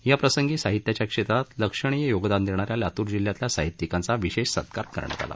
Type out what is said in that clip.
या प्रसंगी साहित्याच्या क्षेत्रात लक्षणीय योगदान देणा या लातूर जिल्ह्यातल्या साहित्यिकांचा विशेष सत्कार करण्यात आला